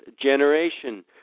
generation